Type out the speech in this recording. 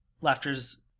Laughter's